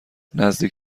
نزدیک